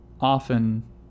often